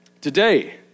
Today